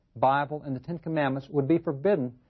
bible, and the ten commandments would be forbidden,